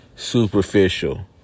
superficial